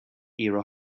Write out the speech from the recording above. era